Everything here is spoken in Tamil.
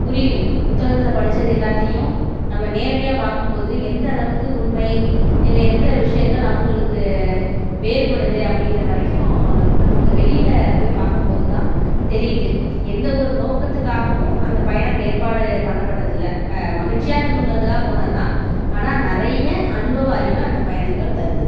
புரியுது புத்தகத்தில் படித்தது எல்லாத்தையும் நம்ம நேரடியாக பார்க்கும் போது எந்த அளவுக்கு உண்மை இல்லை எந்த விஷயங்கள் அவங்களுக்கு வேறுபடுது அப்படிங்கிற வரைக்கும் நமக்கு வெளியில் போய் பார்க்கும் போது தான் தெரியுது எந்த ஒரு நோக்கத்துக்காகவும் அந்த பயணம் ஏற்பாடு பண்ணப்பட்டது இல்லை க மகிழ்ச்சியாக இருக்கணும்ங்குறதுக்காக போனது தான் ஆனால் நிறைய அனுபவ அறிவை அந்த பயணங்கள் தருது